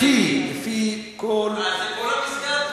לפי כל, אה, זה כל המסגד?